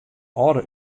âlde